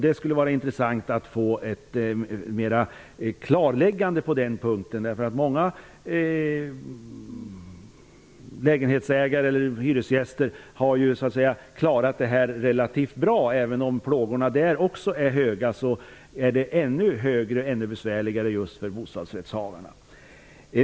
Det skulle vara intressant att få ett klarläggande på den punkten. Många lägenhetsägare eller hyresgäster har ju klarat detta relativt bra, även om också deras plågor är stora. Men det är ännu besvärligare för bostadsrättshavarna.